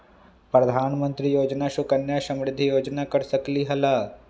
प्रधानमंत्री योजना सुकन्या समृद्धि योजना कर सकलीहल?